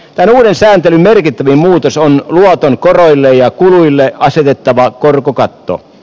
tämän uuden sääntelyn merkittävin muutos on luoton koroille ja kuluille asetettava korkokatto